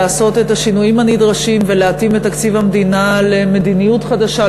לעשות את השינויים הנדרשים ולהתאים את תקציב המדינה למדיניות חדשה,